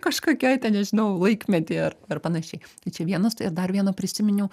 kažkokioj ten nežinau laikmety ar ar panašiai tai čia vienas tai dar vieną prisiminiau